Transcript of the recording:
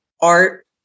art